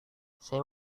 saya